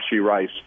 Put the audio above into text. Rice